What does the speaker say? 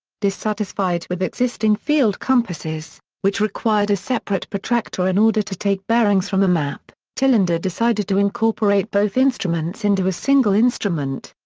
dissatisfied with existing field compasses, which required a separate protractor in order to take bearings from a map, tillander decided to incorporate both instruments into a single instrument.